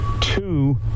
two